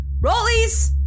rollies